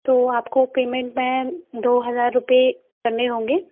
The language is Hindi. तो आपको पेमेंट मैम दो हज़ार रुपये करने होंगे